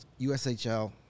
USHL